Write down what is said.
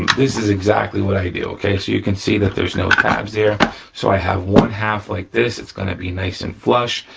this is exactly what i do okay? so you can see that there's no tabs there, so i have one half like this, it's gonna be nice and flush.